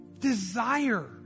desire